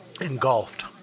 engulfed